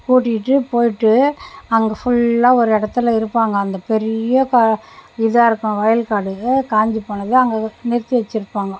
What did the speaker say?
கூட்டிக்கிட்டு போயிட்டு அங்கே ஃபுல்லாக ஒரு இடத்துல இருப்பாங்க அந்த பெரிய கா இதாக இருக்கும் வயல் காடு காஞ்சு போனது அங்க நிறுத்தி வெச்சுருப்பாங்கோ